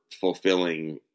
fulfilling